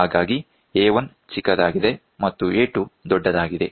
ಹಾಗಾಗಿ A1 ಚಿಕ್ಕದಾಗಿದೆ ಮತ್ತು A2 ದೊಡ್ಡದಾಗಿದೆ